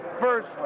first